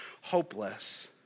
hopeless